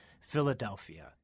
Philadelphia